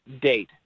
date